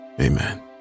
Amen